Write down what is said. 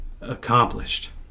accomplished